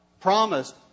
promised